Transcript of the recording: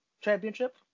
championship